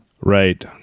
Right